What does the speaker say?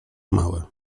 małe